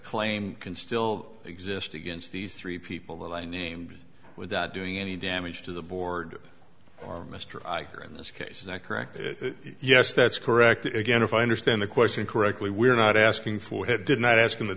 claim can still exist against these three people that i named without doing any damage to the board or mr in this case is that correct yes that's correct again if i understand the question correctly we're not asking for it did not ask him a